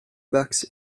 bucks